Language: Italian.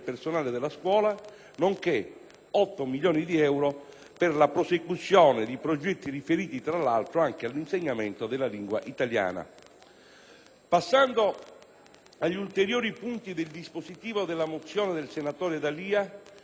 otto di euro per la prosecuzione di progetti riferiti, tra l'altro, anche all'insegnamento della lingua italiana. Passando agli ulteriori punti del dispositivo della mozione del senatore D'Alia, si fa presente quanto segue.